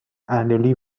annually